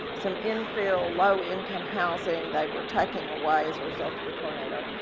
some in-fill, low-income housing they were taking away as a result of the tornado,